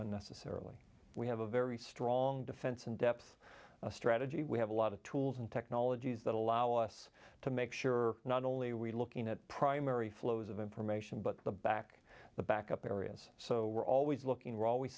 unnecessarily we have a very strong defense in depth strategy we have a lot of tools and technologies that allow us to make sure not only are we looking at primary flows of information but the back the backup areas so we're always looking we're always